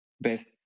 best